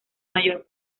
mayor